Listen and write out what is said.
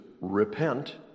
repent